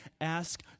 ask